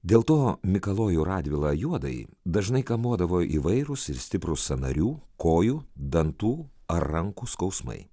dėl to mikalojų radvilą juodąjį dažnai kamuodavo įvairūs ir stiprūs sąnarių kojų dantų ar rankų skausmai